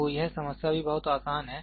तो यह समस्या भी बहुत आसान है